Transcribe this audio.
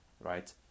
right